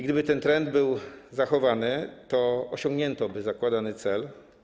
Gdyby ten trend był zachowany, to osiągnięto by zakładany cel.